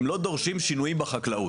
הם לא דורשים שינוי בחקלאות.